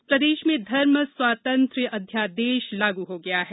अध्यादेश प्रदेश में धर्म स्वातंत्रय अध्यादेश लागू हो गया है